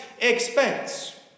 expense